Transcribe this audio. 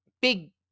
Big